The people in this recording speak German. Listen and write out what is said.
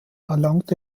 erlangte